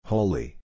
Holy